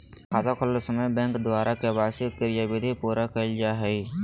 खाता खोलय समय बैंक द्वारा के.वाई.सी क्रियाविधि पूरा कइल जा हइ